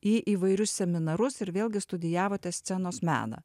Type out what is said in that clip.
į įvairius seminarus ir vėlgi studijavote scenos meną